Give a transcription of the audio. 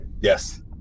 Yes